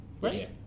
Right